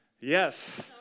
Yes